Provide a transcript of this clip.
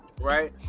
Right